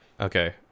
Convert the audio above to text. okay